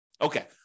Okay